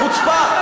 חוצפה.